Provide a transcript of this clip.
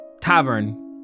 tavern